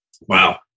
Wow